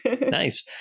Nice